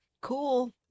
Cool